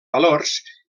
valors